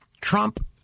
Trump